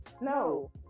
No